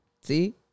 see